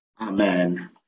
Amen